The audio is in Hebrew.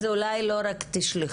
אז אולי לא רק תשלחו.